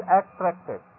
attracted